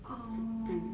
orh